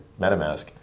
MetaMask